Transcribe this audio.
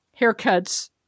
haircuts